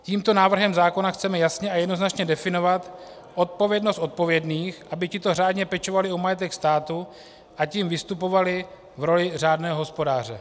Tímto návrhem zákona chceme jasně a jednoznačně definovat odpovědnost odpovědných, aby tito řádně pečovali o majetek státu, a tím vystupovali v roli řádného hospodáře.